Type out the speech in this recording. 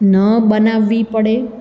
ન બનાવવી પડે